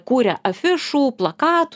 kūrė afišų plakat